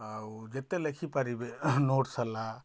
ଆଉ ଯେତେ ଲେଖି ପାରିବେ ନୋଟସ୍ ହେଲା